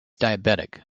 diabetic